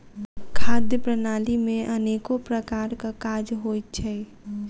खाद्य प्रणाली मे अनेको प्रकारक काज होइत छै